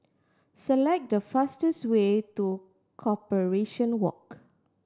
select the fastest way to Corporation Walk